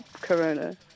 Corona